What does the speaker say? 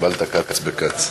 קיבלת כץ בכץ.